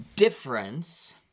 Difference